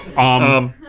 um.